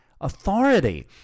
authority